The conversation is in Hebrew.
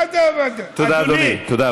תודה, אדוני, תודה רבה.